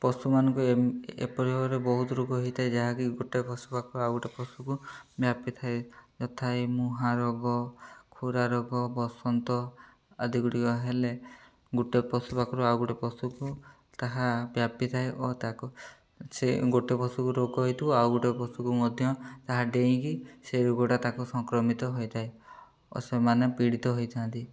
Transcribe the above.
ପଶୁମାନଙ୍କୁ ଏପରି ଭାବରେ ବହୁତ ରୋଗ ହେଇଥାଏ ଯାହାକି ଗୋଟିଏ ପଶୁ ପାଖରୁ ଆଉ ଗୋଟିଏ ପଶୁକୁ ବ୍ୟାପିଥାଏ ଯଥା ମୁହା ରୋଗ ଖୁରା ରୋଗ ବସନ୍ତ ଆଦି ଗୁଡ଼ିକ ହେଲେ ଗୋଟିଏ ପଶୁ ପାଖରୁ ଆଉ ଗୋଟିଏ ପଶୁକୁ ତାହା ବ୍ୟାପିଥାଏ ଓ ତାକୁ ସେ ଗୋଟିଏ ପଶୁକୁ ରୋଗ ହେଇଥିବ ଆଉ ଗୋଟିଏ ପଶୁକୁ ମଧ୍ୟ ତାହା ଡେଇଁକି ସେ ରୋଗଟା ତାକୁ ସଂକ୍ରମିତ ହୋଇଥାଏ ଓ ସେମାନେ ପୀଡ଼ିତ ହୋଇଥାନ୍ତି